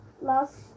Last